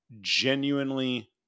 genuinely